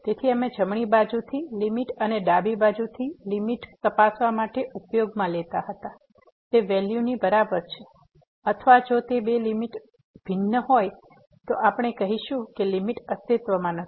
તેથી અમે જમણી બાજુથી લીમીટ અને ડાબી બાજુથી લીમીટ તપાસવા માટે ઉપયોગમાં લેતા હતા અને જો તે બરાબર હોય તો આપણે કહી શકીએ કે લીમીટ અસ્તિત્વમાં છે અને લીમીટ તે વેલ્યુની બરાબર છે અથવા જો તે બે લીમીટ ઓ ભિન્ન હોય તો આપણે કહીશું કે લીમીટ અસ્તિત્વમાં નથી